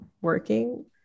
working